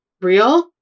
real